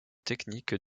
techniques